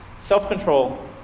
Self-control